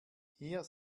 hier